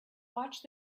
watched